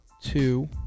two